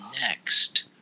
next